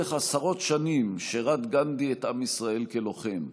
לאורך עשרות שנים שירת גנדי את עם ישראל כלוחם.